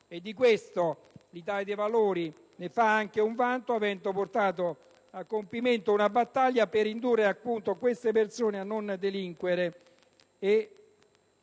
Di questo, l'Italia dei Valori fa anche un vanto, avendo portato a compimento una battaglia per indurre queste persone a non delinquere